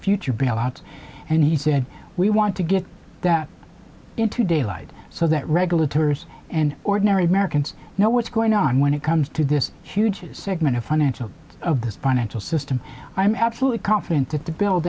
future bailouts and he said we want to get that into daylight so that regulatory and ordinary americans know what's going on when it comes to this huge a segment a financial of this financial system i'm absolutely confident that the bill